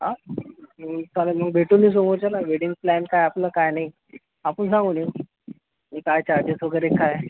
हा चालेल भेटू मग समोरच्याला वेडिंग प्लॅन आपला काय आहे काय नाही आपुन सांगून देऊ ते काय चार्जेस वगैरे काय हाय